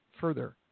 further